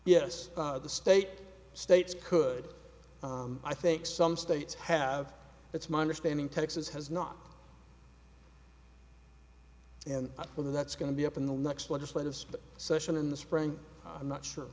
yes the state states could i think some states have it's my understanding texas has not and whether that's going to be up in the next legislative session in the spring i'm not sure